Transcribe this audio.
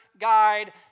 guide